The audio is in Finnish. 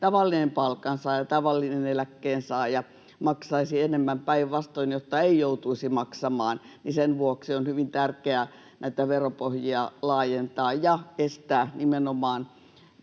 tavallinen palkansaaja, tavallinen eläkkeensaaja maksaisi enemmän, päinvastoin: jotta ei joutuisi maksamaan, niin sen vuoksi on hyvin tärkeää näitä veropohjia laajentaa ja estää nimenomaan